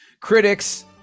Critics